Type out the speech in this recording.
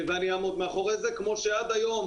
ואני אעמוד מאחורי זה, כמו שעד היום